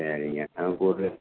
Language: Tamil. சரிங்க நமக்கு ஒரு